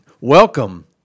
welcome